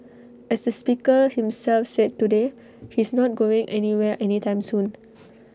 as the speaker himself said today he's not going anywhere any time soon